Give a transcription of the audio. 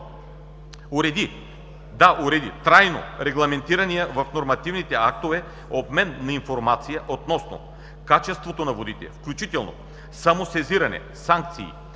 водите; 2. уреди трайно регламентирания в нормативните актове обмен на информация относно качеството на водите, включително самосезиране, санкции